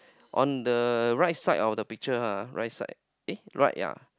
on the right side of the pictures ah right side eh right yea